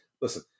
listen